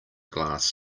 glass